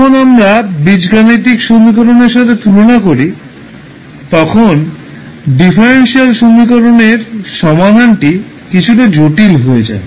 যখন আমরা বীজগাণিতিক সমীকরণের সাথে তুলনা করি তখন ডিফারেনশিয়াল সমীকরণের সমাধানটি কিছুটা জটিল হয়ে যায়